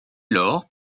lors